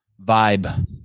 vibe